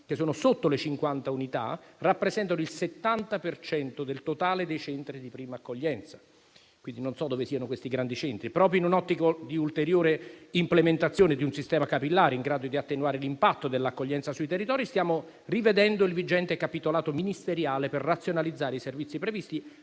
che sono sotto le 50 unità rappresentano il 70 per cento del totale dei centri di prima accoglienza; quindi, non so dove siano questi grandi centri! Proprio in un'ottica di ulteriore implementazione di un sistema capillare, in grado di attenuare l'impatto dell'accoglienza sui territori, stiamo rivedendo il vigente capitolato ministeriale per razionalizzare i servizi previsti,